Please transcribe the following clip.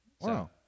Wow